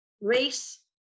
Race